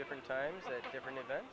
different times a different event